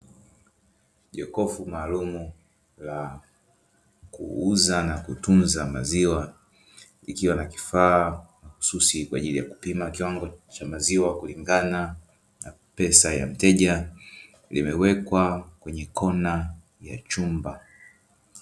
Jokofu maaalumu la kuuza na kutunza maziwa, ikiwa ni kifaa mahususi kwa ajili ya kupima kiwango cha maziwa kulingana na pesa ya mteja, limewekwa kwenye Kona ya chumba.